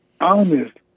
honest